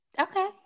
Okay